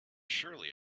surely